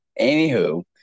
Anywho